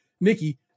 Nikki